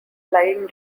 flying